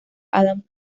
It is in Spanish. adam